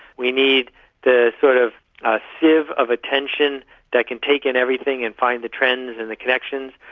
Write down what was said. we need the sort of ah sieve of attention that can take in everything and find the trends and the connections,